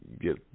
get